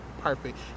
perfect